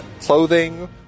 clothing